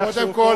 קודם כול,